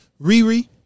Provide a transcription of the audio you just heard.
Riri